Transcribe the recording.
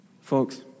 Folks